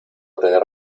tener